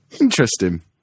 Interesting